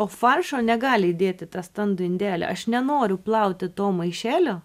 o faršo negali įdėt į tą standų indelį aš nenoriu plauti to maišelio